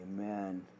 Amen